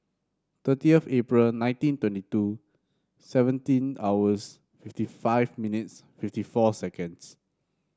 thirtieth April nineteen twenty two seventeen hours fifty five minutes fifty four seconds